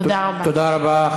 תודה רבה.